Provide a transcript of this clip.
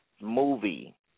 movie